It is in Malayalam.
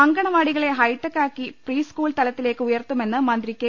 അംഗൻവാടികളെ ഹൈടെക്കാക്കി പ്രീസ്കൂൾ തലത്തി ലേക്ക് ഉയർത്തുമെന്ന് മന്ത്രി കെ